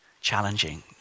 challenging